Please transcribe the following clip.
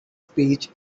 speech